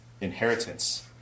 inheritance